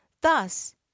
thus